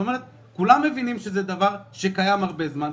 כולם מבינים שזה דבר שקיים הרבה זמן,